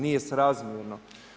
Nije srazmjerno.